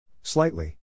Slightly